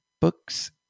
Books